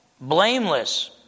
blameless